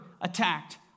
attacked